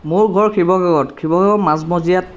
মোৰ ঘৰ শিৱসাগৰত শিৱসাগৰৰ মাজমজিয়াত